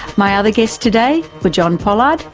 my other guests today were john pollard,